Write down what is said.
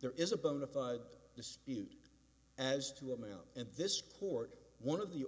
there is a bona fide dispute as to amount at this court one of the